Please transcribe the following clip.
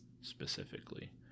specifically